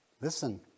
Listen